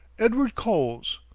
edward coles,